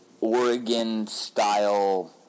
Oregon-style